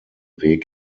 weg